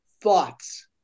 thoughts